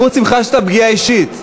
אם חשת פגיעה אישית.